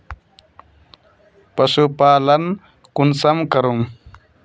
पशुपालन कुंसम करूम?